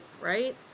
right